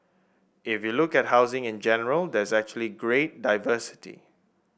if you look at housing in general there's actually great diversity